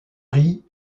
riz